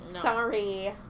Sorry